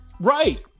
Right